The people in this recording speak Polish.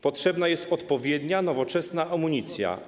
Potrzebna jest odpowiednia, nowoczesna amunicja.